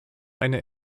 eine